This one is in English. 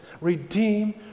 redeem